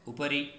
उपरि